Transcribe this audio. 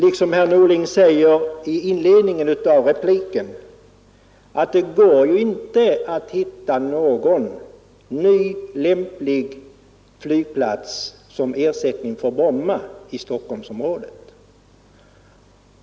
I inledningen av repliken säger han dessutom att det inte går att hitta någon ny, lämplig flygplats som ersättning för Bromma i Stockholmsområdet.